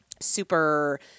super